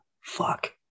Fuck